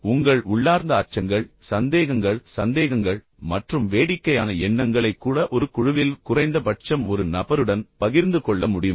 உங்கள் உள்ளார்ந்த அச்சங்கள் சந்தேகங்கள் சந்தேகங்கள் மற்றும் வேடிக்கையான எண்ணங்களை கூட ஒரு குழுவில் குறைந்தபட்சம் ஒரு நபருடன் பகிர்ந்து கொள்ள முடியுமா